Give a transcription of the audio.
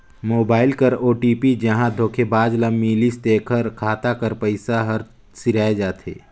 mobile कर OTP जहां धोखेबाज ल मिलिस तेकर खाता कर पइसा हर सिराए जाथे